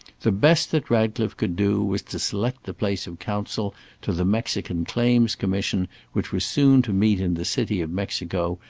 the best that ratcliffe could do was to select the place of counsel to the mexican claims-commission which was soon to meet in the city of mexico,